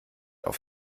auf